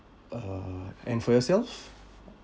uh and for yourself